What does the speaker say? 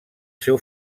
seu